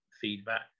feedback